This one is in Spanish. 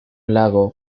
lago